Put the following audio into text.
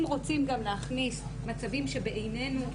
אם רוצים גם להכניס מצבים שבעינינו,